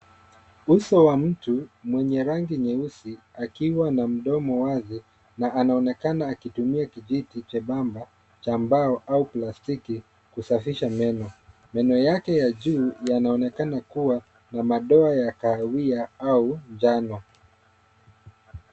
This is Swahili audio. Uso wa mtu mwenye rangi neyusi, akiwa na mdomo wazi ,na anaonekana akitumia kijiti chembamba cha mbao au plastiki, kusafisha meno. Meno yake ya juu yanaonekana kua na madoa ya kahawia au njano.